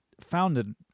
founded